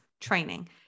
training